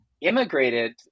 immigrated